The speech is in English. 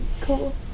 Cool